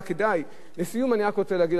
לסיום אני רוצה להגיד לכם עוד דבר.